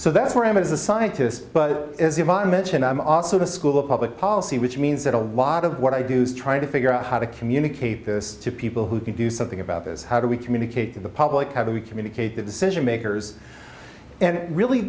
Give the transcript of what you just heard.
so that's where i am as a scientists but as you mentioned i'm also a school of public policy which means that a lot of what i do is try to figure out how to communicate this to people who can do something about this how do we communicate to the public have we communicate the decision makers and really